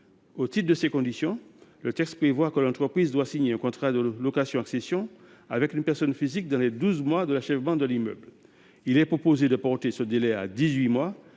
Au titre de ces conditions, le droit en vigueur prévoit que l’entreprise doit signer un contrat de location accession avec une personne physique dans les douze mois suivant l’achèvement de l’immeuble. Il est proposé de porter ce délai à dix